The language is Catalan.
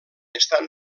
estan